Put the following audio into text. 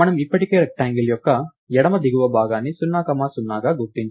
మనము ఇప్పటికే రెక్టాంగిల్ యొక్క ఎడమ దిగువ భాగాన్ని 0 కామా 0గా గుర్తించాము